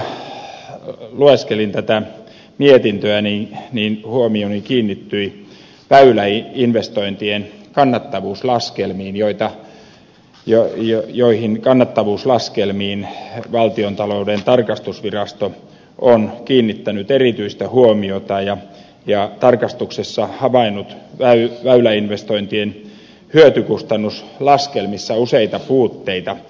kun lueskelin tätä mietintöä niin huomioni kiinnittyi väyläinvestointien kannattavuuslaskelmiin joihin kannattavuuslaskelmiin valtionta louden tarkastusvirasto on kiinnittänyt erityistä huomiota ja tarkastuksessa havainnut väyläinvestointien hyötykustannus laskelmissa useita puutteita